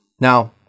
Now